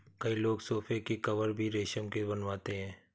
कई लोग सोफ़े के कवर भी रेशम के बनवाते हैं